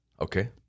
Okay